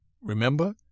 remember